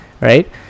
right